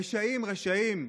רשעים, רשעים.